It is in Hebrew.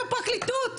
הפרקליטות,